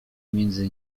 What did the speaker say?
między